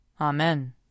Amen